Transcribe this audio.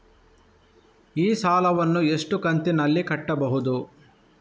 ಈ ಸಾಲವನ್ನು ಎಷ್ಟು ಕಂತಿನಲ್ಲಿ ಕಟ್ಟಬಹುದು?